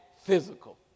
physical